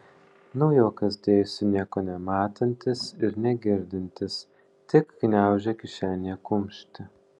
naujokas dėjosi nieko nematantis ir negirdintis tik gniaužė kišenėje kumštį